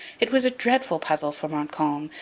it was a dreadful puzzle for montcalm,